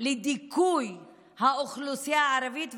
לדיכוי האוכלוסייה הערבית,